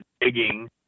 digging